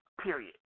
Period